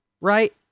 Right